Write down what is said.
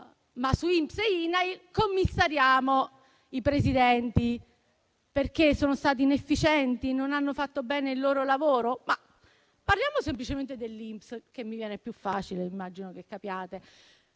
ma su INPS e INAIL commissariamo i presidenti, perché sono stati inefficienti e non hanno fatto bene il loro lavoro? Parliamo semplicemente dell'INPS, che mi viene più facile (immagino che capiate):